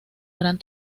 gran